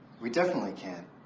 we definitely can.